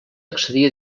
accedir